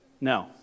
No